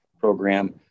program